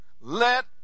Let